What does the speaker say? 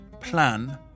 plan